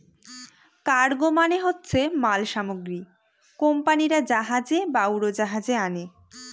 cargo মানে হচ্ছে মাল সামগ্রী কোম্পানিরা জাহাজে বা উড়োজাহাজে আনে